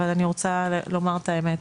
אבל אני רוצה לומר את האמת,